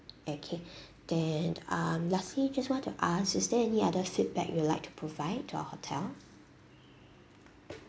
okay then um lastly just want to ask is there any other feedback you like to provide to our hotel